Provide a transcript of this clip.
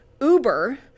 Uber